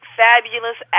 fabulous